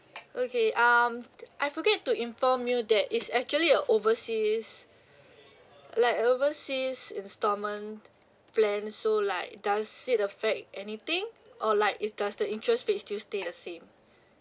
okay um th~ I forget to inform you that it's actually a overseas like overseas instalment plan so like does it affect anything or like is does the interest rate still stay the same